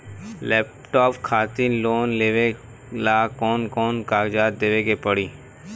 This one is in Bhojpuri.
लैपटाप खातिर लोन लेवे ला कौन कौन कागज देवे के पड़ी?